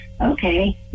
okay